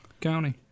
county